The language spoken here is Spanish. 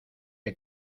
que